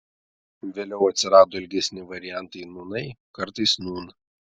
vėliau atsirado ilgesni variantai nūnai kartais nūn